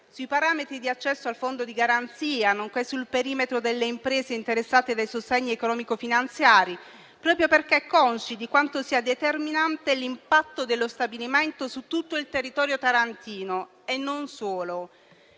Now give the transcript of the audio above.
sui parametri di accesso al fondo di garanzia, nonché sul perimetro delle imprese interessate dai sostegni economico-finanziari, proprio perché consci di quanto sia determinante l'impatto dello stabilimento su tutto il territorio tarantino e non solo.